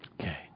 Okay